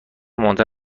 مهمتر